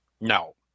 No